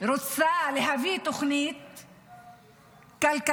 רוצה להביא תוכנית כלכלית,